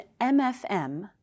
MFM